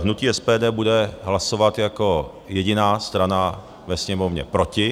Hnutí SPD bude hlasovat jako jediná strana ve Sněmovně proti.